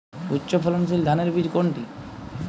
উচ্চ ফলনশীল ধানের বীজ কোনটি?